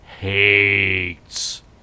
hates